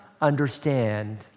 understand